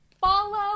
follow